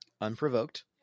Unprovoked